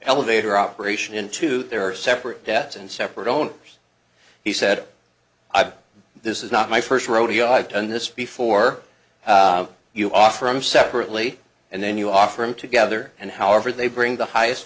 elevator operation into their separate debts and separate own he said i don't this is not my first rodeo i've done this before you offer i'm separately and then you offer him together and however they bring the highest